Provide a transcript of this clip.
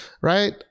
Right